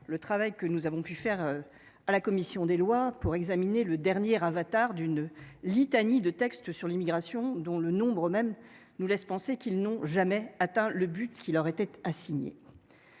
le travail réalisé par la commission des lois sur ce projet de loi, dernier avatar d’une litanie de textes sur l’immigration dont le nombre même nous laisse penser qu’ils n’ont jamais atteint le but qui leur était assigné.